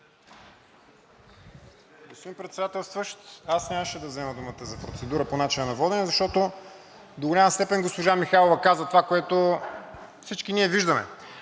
Господин Председателстващ, аз нямаше да взема думата за процедура по начина на водене, защото до голяма степен госпожа Михайлова каза това, което всички ние виждаме.